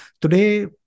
today